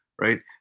right